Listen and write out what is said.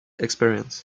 experience